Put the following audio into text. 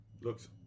Looks